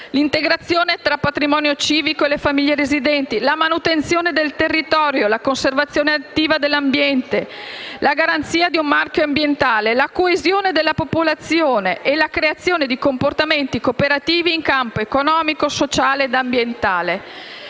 l'integrazione tra patrimonio civico e le famiglie residenti; la manutenzione del territorio; la conservazione attiva dell'ambiente; la garanzia di un marchio ambientale; la coesione della popolazione e la creazione di comportamenti cooperativi in campo economico, sociale e ambientale.